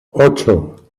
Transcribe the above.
ocho